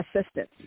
assistance